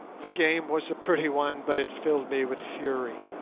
the game was a pretty one, but it filled me with fury.